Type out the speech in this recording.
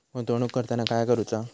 गुंतवणूक करताना काय करुचा?